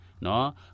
no